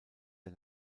der